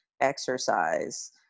exercise